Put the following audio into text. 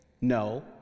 No